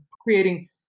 creating